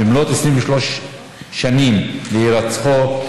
במלאות 23 שנים להירצחו.